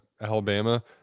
Alabama